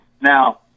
Now